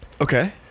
Okay